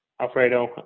Alfredo